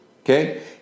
Okay